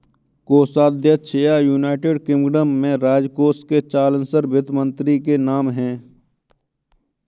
कोषाध्यक्ष या, United Kingdom में, राजकोष के चांसलर वित्त मंत्री के नाम है